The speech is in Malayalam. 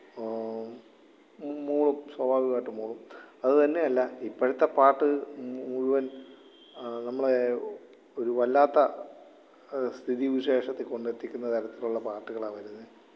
മൂളും സ്വാഭാവികമായിട്ടും മൂളും അത് തന്നെയല്ല ഇപ്പോഴത്തെ പാട്ട് മുഴുവന് നമ്മളെ ഒരു വല്ലാത്ത സ്ഥിതിവിശേഷത്തിൽ കൊണ്ടെത്തിക്കുന്ന തരത്തിലുള്ള പാട്ടുകളാണ് വരുന്നത്